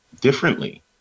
differently